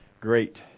great